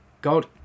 God